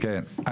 כן.